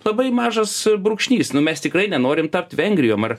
labai mažas brūkšnys nu mes tikrai nenorim tapt vengrijom ar